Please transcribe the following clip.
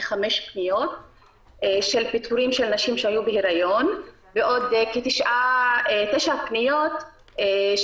כחמש פניות של פיטורים של נשים שהיו בהיריון או בטיפולי פוריות,